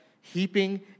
heaping